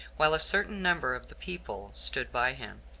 while a certain number of the people stood by him,